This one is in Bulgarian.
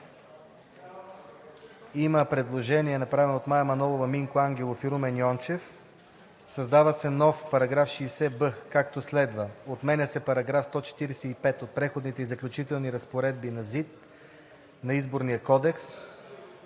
Има предложение, направено от Мая Манолова, Минко Ангелов и Румен Йончев: Създава се нов § 60б, както следва: „Отменя се параграф 145 от Преходните и заключителни разпоредби на ЗИД на Изборния кодекс